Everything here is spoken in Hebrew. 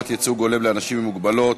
(חובת ייצוג הולם לאנשים עם מוגבלות),